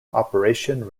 operation